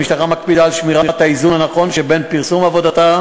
המשטרה מקפידה על שמירת האיזון הנכון בין פרסום עבודתה